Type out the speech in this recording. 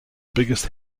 biggest